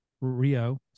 Rio